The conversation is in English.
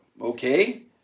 okay